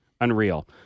Unreal